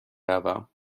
روم